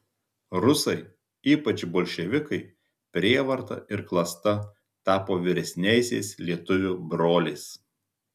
rusai ypač bolševikai prievarta ir klasta tapo vyresniaisiais lietuvių broliais